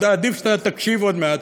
עדיף שאתה תקשיב עוד מעט,